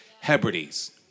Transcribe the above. Hebrides